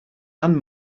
and